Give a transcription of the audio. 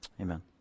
Amen